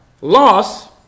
loss